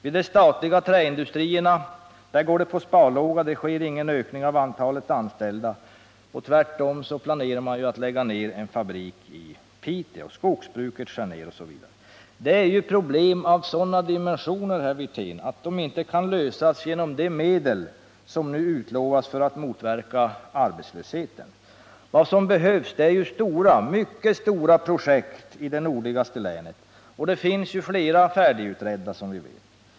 I de statliga träindustrierna går verksamheten på sparlåga. Det sker ingen ökning av antalet anställda. Tvärtom, man planerar att lägga ned en fabrik i Piteå. Skogsbruket skärs ned osv. Det är problem av sådana dimensioner, herr Wirtén, att de inte kan lösas genom de medel som nu utlovas för att motverka arbetslösheten. Vad som behövs är stora, mycket stora projekt i det nordligaste länet, och det finns flera sådana färdigutredda, som vi vet.